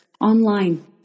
online